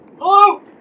Hello